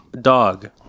dog